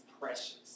precious